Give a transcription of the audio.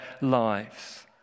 lives